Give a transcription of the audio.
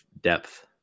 depth